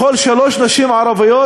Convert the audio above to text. מכל שלוש נשים ערביות,